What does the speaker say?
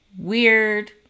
weird